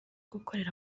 gukorera